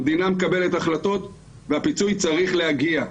המדינה מקבלת החלטות והפיצוי צריך להגיע.